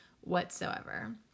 whatsoever